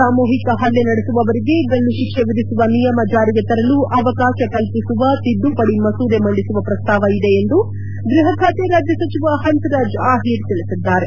ಸಾಮೂಹಿಕ ಹಲ್ಲೆ ನಡೆಸುವವರಿಗೆ ಗಲ್ಲು ಶಿಕ್ಷೆ ವಿಧಿಸುವ ನಿಯಮ ಜಾರಿಗೆ ತರಲು ಅವಕಾಶ ಕಲ್ಪಿಸುವ ತಿದ್ದುಪಡಿ ಮಸೂದೆ ಮಂಡಿಸುವ ಪ್ರಸ್ತಾವ ಇದೆ ಎಂದು ಗೃಹ ಖಾತೆ ರಾಜ್ಯ ಸಚಿವ ಹನ್ಸ್ರಾಜ್ ಆಹಿರ್ ತಿಳಿಸಿದ್ದಾರೆ